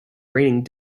raining